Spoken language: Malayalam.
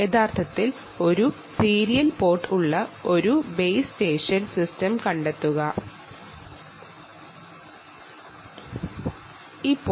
യഥാർത്ഥത്തിൽ ഒരു സീരിയൽ പോർട്ട് ഉള്ള ഒരു ബേസ് സ്റ്റേഷൻ സിസ്റ്റം ആണ് നമുക്ക് വേണ്ടത്